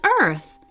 Earth